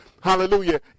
hallelujah